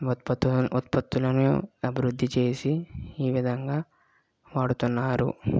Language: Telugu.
ఉత్పత్తుల ఉత్పత్తులను అభివృద్ధి చేసి ఈ విధంగా వాడుతున్నారు